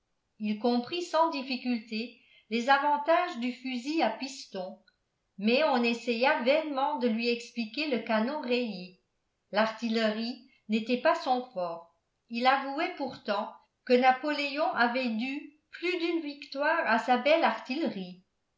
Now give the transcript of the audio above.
il comprit sans difficulté les avantages du fusil à piston mais on essaya vainement de lui expliquer le canon rayé l'artillerie n'était pas son fort il avouait pourtant que napoléon avait dû plus d'une victoire à sa belle artillerie